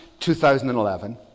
2011